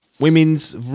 Women's